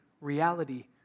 reality